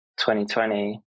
2020